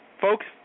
Folks